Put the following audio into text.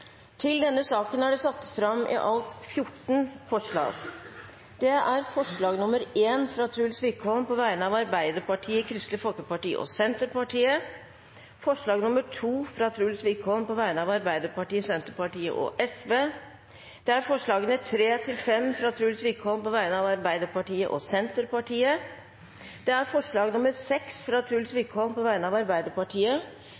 alt 14 forslag. Det er forslag nr. 1, fra Truls Wickholm på vegne av Arbeiderpartiet, Kristelig Folkeparti og Senterpartiet forslag nr. 2, fra Truls Wickholm på vegne av Arbeiderpartiet, Senterpartiet og Sosialistisk Venstreparti forslagene nr. 3–5, fra Truls Wickholm på vegne av Arbeiderpartiet og Senterpartiet forslag nr. 6, fra Truls Wickholm på vegne av Arbeiderpartiet forslag nr. 8, fra